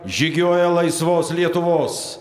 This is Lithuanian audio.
žygiuoja laisvos lietuvos